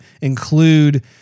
include